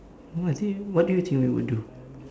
no I think what do you think we would do